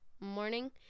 morning